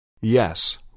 Yes